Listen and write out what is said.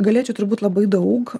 galėčiau turbūt labai daug